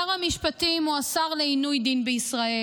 שר המשפטים הוא השר לעינוי דין בישראל.